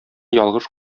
ялгыш